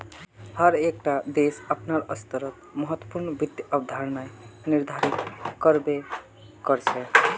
हर एक टा देश अपनार स्तरोंत महत्वपूर्ण वित्त अवधारणाएं निर्धारित कर बे करछे